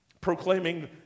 Proclaiming